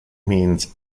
means